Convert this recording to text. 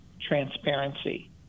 transparency